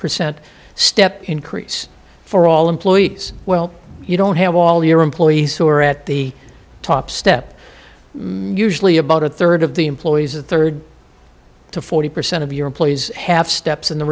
percent step increase for all employees well you don't have all your employees who are at the top step mutually about a third of the employees a third to forty percent of your employees half steps in the